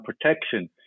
protection